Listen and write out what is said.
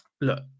look